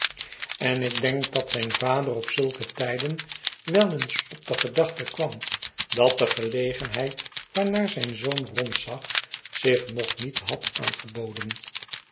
en ik denk dat zijn vader op zulke tijden wel eens op de gedachte kwam dat de gelegenheid waarnaar zijn zoon rondzag zich nog niet had aangeboden